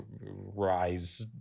rise